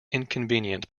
inconvenient